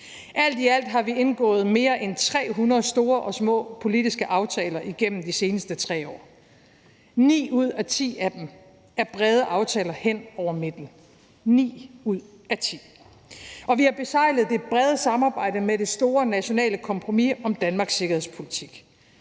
Alt i alt har vi indgået mere end 300 store og små politiske aftaler igennem de seneste 3 år, ni ud af ti af dem er brede aftaler hen over midten – ni ud af ti – og vi har beseglet det brede samarbejde med det store nationale kompromis om Danmarks sikkerhedspolitik.